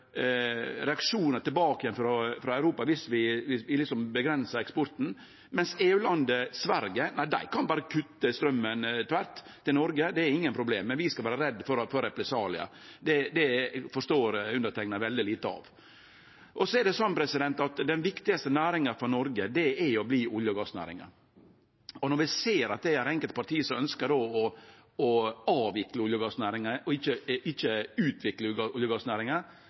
eksporten – mens EU-landet Sverige kan berre kutte straumen tvert til Noreg, det er ikkje noko problem, men vi skal vere redde for å få represaliar. Det forstår underteikna veldig lite av. Den viktigaste næringa for Noreg er og vert olje- og gassnæringa. Når vi ser at det er enkelte parti som ønskjer å avvikle olje- og gassnæringa og ikkje utvikle olje- og gassnæringa, så blir eg veldig bekymra for framtida og for økonomien til Noreg. Vi i Framstegspartiet ønskjer å utvikle olje- og gassnæringa, ikkje avvikle, og